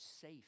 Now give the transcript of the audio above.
safe